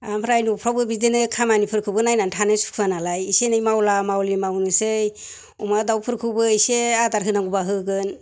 ओमफ्राय न'फोरावबो बिदिनो खामानिफोरखौबो नायनानै थानो सुखुवा नालाय इसे एनै मावला मावलि मावनोसै अमा दाउफोरखौबो इसे आदार होनांगौबा होगोन